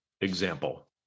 example